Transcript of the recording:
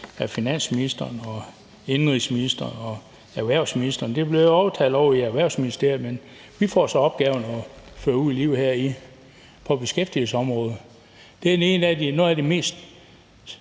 af finansministeren og indenrigsministeren og erhvervsministeren. Det blev jo aftalt ovre i Erhvervsministeriet, men vi får så opgaven med at føre det ud i livet her på beskæftigelsesområdet. Det er noget af det mest